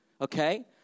Okay